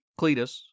Cletus